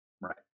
Right